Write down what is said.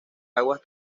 aguas